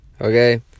okay